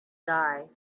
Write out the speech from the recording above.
die